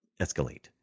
escalate